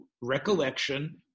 recollection